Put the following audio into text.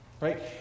Right